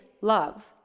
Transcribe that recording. love